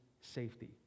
safety